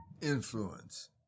influence